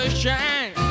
shine